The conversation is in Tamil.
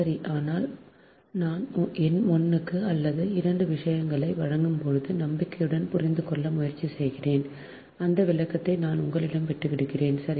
சரி ஆனால் ஆனால் நான் எண்களுக்கு 1 அல்லது 2 விஷயங்களை வழங்கும்போது நம்பிக்கையுடன் புரிந்து கொள்ள முயற்சி செய்கிறேன் அந்த விளக்கத்தை நான் உங்களிடம் விட்டுவிடுகிறேன் சரி